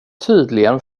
tydligen